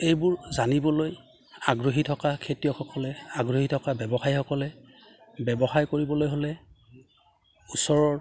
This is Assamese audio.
এইবোৰ জানিবলৈ আগ্ৰহী থকা খেতিয়কসকলে আগ্ৰহী থকা ব্যৱসায়ীসকলে ব্যৱসায় কৰিবলৈ হ'লে ওচৰৰ